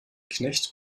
knecht